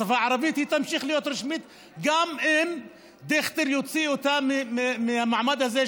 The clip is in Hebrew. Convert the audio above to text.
השפה הערבית תמשיך להיות רשמית גם אם דיכטר יוציא אותה מהמעמד הזה,